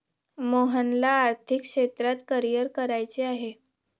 मोहनला आर्थिक क्षेत्रात करिअर करायचे आहे